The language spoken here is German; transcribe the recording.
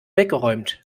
weggeräumt